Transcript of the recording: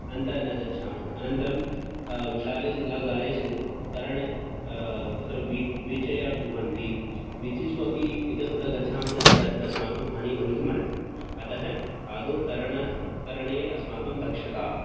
अन्तः न गच्छामः अनन्तरं विशालेषु जलागारेषु तरण तत्र वि वीचयः अपि भवन्ति वीचिषु अपि इतस्ततः गच्छामः चेत् कदाचित् अस्माकं हानिः भवितुमर्हति अतः आदौ तरण तरणे अस्माकं दक्षता